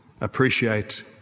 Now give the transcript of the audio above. appreciate